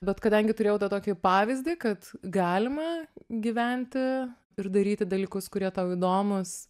bet kadangi turėjau tą tokį pavyzdį kad galima gyventi ir daryti dalykus kurie tau įdomūs